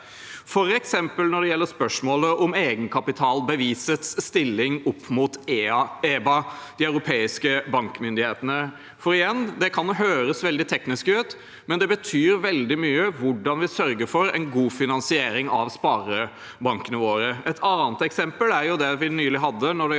f.eks. når det gjelder spørsmålet om egenkapitalbevisets stilling opp mot EBA – den europeiske banktilsynsmyndigheten. Igjen: Det kan høres veldig teknisk ut, men det betyr veldig mye hvordan vi sørger for en god finansiering av sparebankene våre. Et annet eksempel er det vi nylig hadde,